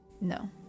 No